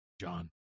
John